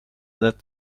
that